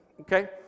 Okay